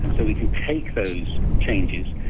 so we can take those changes,